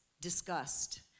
disgust